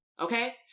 okay